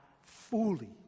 fully